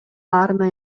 баарына